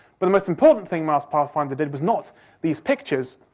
but the most important thing mars pathfinder did was not these pictures,